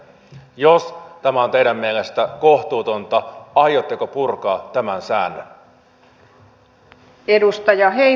jos tämä on teidän mielestänne kohtuutonta aiotteko purkaa tämän säännön